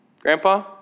Grandpa